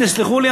תסלחו לי,